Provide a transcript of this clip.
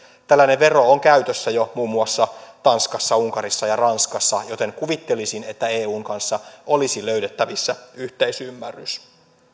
tällainen vero on käytössä jo muun muassa tanskassa unkarissa ja ranskassa joten kuvittelisin että eun kanssa olisi löydettävissä yhteisymmärrys